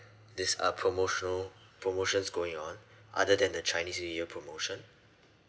this uh promotional promotions going on other than the chinese new year promotion